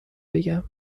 بگم